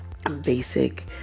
basic